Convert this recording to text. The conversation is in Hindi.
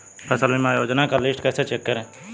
फसल बीमा योजना की लिस्ट कैसे चेक करें?